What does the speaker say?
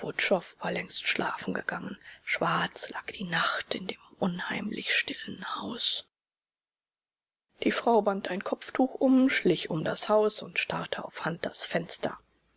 war längst schlafen gegangen schwarz lag die nacht in dem unheimlich stillen haus die frau band ein kopftuch um schlich um das haus und starrte auf hunters fenster